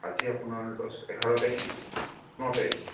আজি আপোনাৰ দহ এঘাৰ তাৰিখ ন তাৰিখ